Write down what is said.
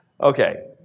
Okay